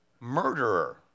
Murderer